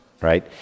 right